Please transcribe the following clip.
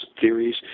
theories